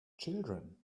children